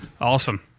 awesome